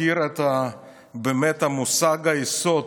מכיר באמת את מושג היסוד